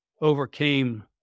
overcame